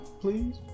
please